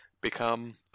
become